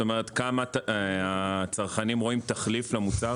זאת אומרת כמה הצרכנים רואים תחליף למוצר